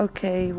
Okay